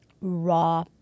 raw